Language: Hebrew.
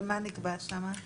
ומה נקבע שמה?